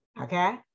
okay